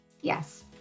Yes